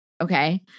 okay